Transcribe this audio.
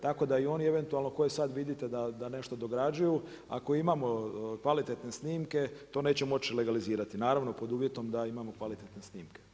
Tako da i oni eventualno koje sad vidite da nešto dograđuju, ako imamo kvalitetne snimke, to nećemo moći legalizirati, naravno pod uvjetom da imamo kvalitetne snimke.